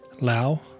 Lao